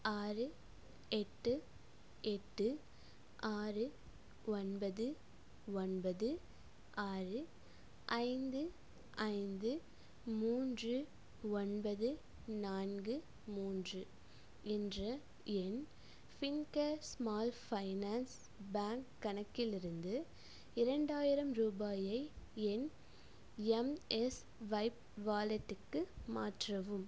ஆறு எட்டு எட்டு ஆறு ஒன்பது ஒன்பது ஆறு ஐந்து ஐந்து மூன்று ஒன்பது நான்கு மூன்று என்ற என் ஃபின்கேர் ஸ்மால் ஃபைனான்ஸ் பேங்க் கணக்கிலிருந்து இரண்டாயிரம் ரூபாயை என் எம்எஸ்வைப் வாலெட்டுக்கு மாற்றவும்